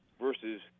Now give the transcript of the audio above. versus